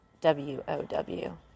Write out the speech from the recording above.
W-O-W